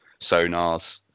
sonars